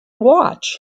watch